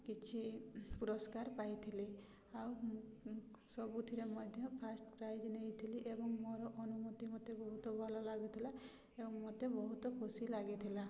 କିଛି ପୁରସ୍କାର ପାଇଥିଲି ଆଉ ମୁଁ ସବୁଥିରେ ମଧ୍ୟ ଫାଷ୍ଟ୍ ପ୍ରାଇଜ୍ ନେଇଥିଲି ଏବଂ ମୋର ଅନୁଭୂତି ମତେ ବହୁତ ଭଲ ଲାଗୁଥିଲା ଏବଂ ମତେ ବହୁତ ଖୁସି ଲାଗିଥିଲା